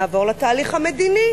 נעבור לתהליך המדיני